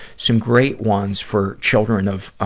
some great ones for children of,